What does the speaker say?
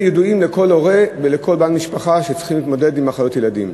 ידועים לכל הורה ולכל בעל משפחה שצריכים להתמודד עם מחלות ילדים.